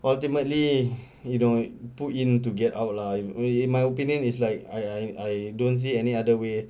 ultimately you know put in to get out lah err in my opinion it's like I I I don't see any other way